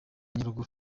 nyaruguru